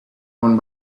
one